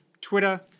Twitter